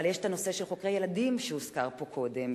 אבל יש הנושא של חוקרי ילדים שהוזכר פה קודם.